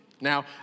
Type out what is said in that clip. Now